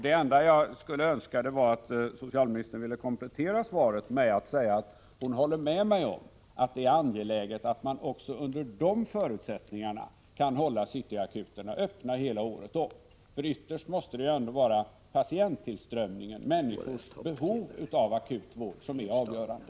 Det enda jag önskar är att socialministern kompletterar svaret till mig med att säga att hon håller med mig om att det är angeläget att City-akuterna håller öppet året om också under dessa förutsättningar. Ytterst måste det vara patienttillströmningen, människors behov av akutvård, som är det avgörande.